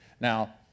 Now